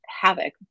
havoc